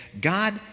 God